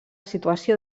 situació